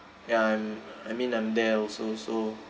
ya I'm I mean I'm there also so